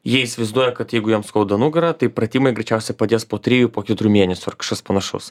jie įsivaizduoja kad jeigu jam skauda nugarą tai pratimai greičiausia padės po trijų po keturių mėnesių ar kašas panašaus